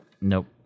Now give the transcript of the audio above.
Nope